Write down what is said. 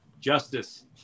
justice